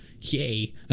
yay